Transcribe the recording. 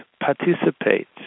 participate